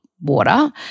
water